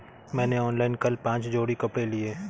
मैंने ऑनलाइन कल पांच जोड़ी कपड़े लिए